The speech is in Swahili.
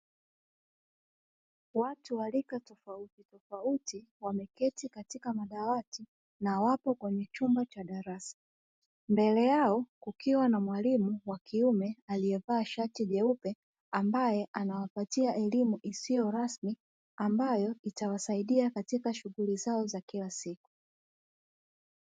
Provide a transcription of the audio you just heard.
Watu wa rika tofautitofauti wameketi katika madawati na wapo kwenye chumba cha darasa mbele yao kukiwa na mwalimu wa kiume aliyevaa shati jeupe ambaye anawapatia elimu isiyo rasmi ambayo itawasaidia katika shughuli zao za kila siku.